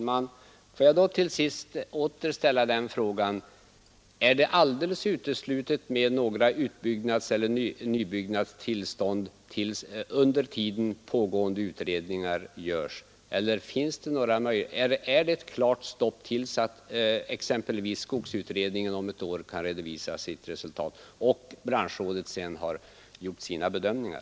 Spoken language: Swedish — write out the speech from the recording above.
Herr talman! Låt mig till sist åter ställa frågan om det är alldeles uteslutet att några utbyggnadseller nybyggnadstillstånd beviljas under pågående utredningsarbeten. Är det definitivt stopp till dess att exempelvis skogsutredningen om ett år kan redovisa sitt resultat och branschrådet därefter gjort sina bedömningar?